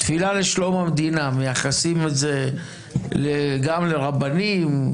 תפילה לשלום המדינה מייחסים את גם לרבנים,